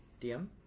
DM